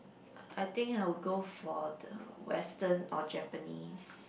I think I'll go for the Western or Japanese